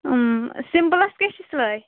سِمپٕلَس کیٛاہ چھِ سِلٲے